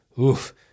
Oof